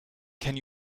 can